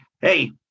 hey